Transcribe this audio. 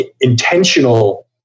intentional